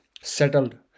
settled